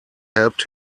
helped